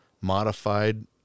modified